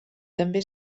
també